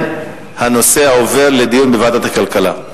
הנושא עובר לדיון בוועדת הכלכלה.